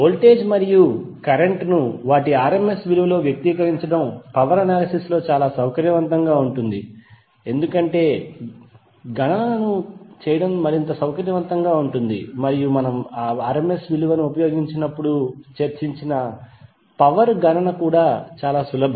voltage మరియు current ను వాటి rms విలువలో వ్యక్తీకరించడం పవర్ అనాలిసిస్ లో సౌకర్యవంతంగా ఉంటుంది ఎందుకంటే గణనలను చేయడం మరింత సౌకర్యవంతంగా ఉంటుంది మరియు మనము rms విలువను ఉపయోగించినప్పుడు చర్చించిన పవర్ గణనలు కూడా సులభం